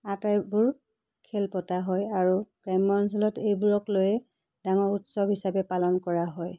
আটাইবোৰ খেল পতা হয় আৰু গ্ৰাম্য অঞ্চলত এইবোৰক লৈয়ে ডাঙৰ উৎসৱ হিচাপে পালন কৰা হয়